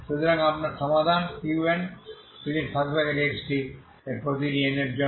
সুতরাং আপনার সমাধান unxtএর প্রতিটি n এর জন্য